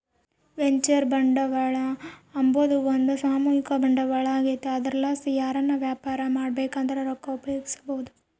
venture ಬಂಡವಾಳ ಅಂಬಾದು ಒಂದು ಸಾಮೂಹಿಕ ಬಂಡವಾಳ ಆಗೆತೆ ಅದರ್ಲಾಸಿ ಯಾರನ ವ್ಯಾಪಾರ ಮಾಡ್ಬಕಂದ್ರ ರೊಕ್ಕ ಉಪಯೋಗಿಸೆಂಬಹುದು